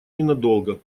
ненадолго